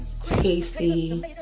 tasty